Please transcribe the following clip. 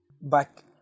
back